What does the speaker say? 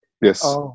Yes